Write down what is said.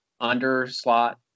under-slot